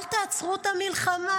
אל תעצרו את המלחמה.